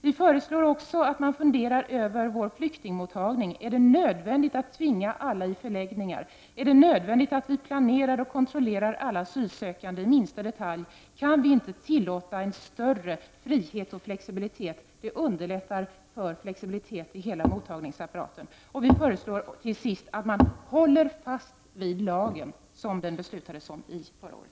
Vi föreslår också att man funderar över vår flyktingmottagning: Är det nödvändigt att tvinga alla att vistas i förläggningar? Är det nödvändigt att vi planerar och kontrollerar alla asylsökande i minsta detalj? Kan vi inte tillåta en större frihet och flexibilitet? Det skulle underlätta flexibiliteten i hela mottagningsapparaten. Vi föreslår också, till sist, att man håller fast vid lagen i enlighet med beslutet från förra året.